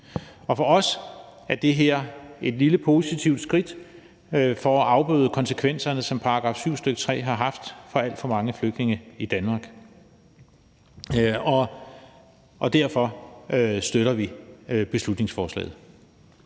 For os er det her et lille positivt skridt for at afbøde konsekvenserne, som § 7, stk. 3, har haft for alt for mange flygtninge i Danmark, og derfor støtter vi beslutningsforslaget.